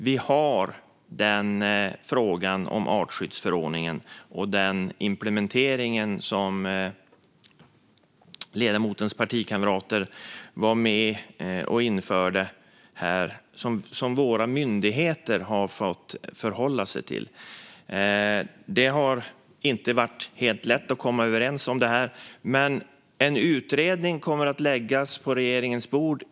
Vi har frågan om artskyddsförordningen och den implementering som ledamotens partikamrater var med och införde och som våra myndigheter har fått förhålla sig till. Det har inte varit helt lätt att komma överens om detta. Men en utredning kommer att läggas på regeringens bord.